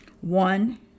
One